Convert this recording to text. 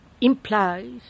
implies –